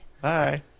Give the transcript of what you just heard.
Bye